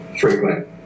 frequent